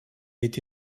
été